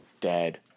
Dead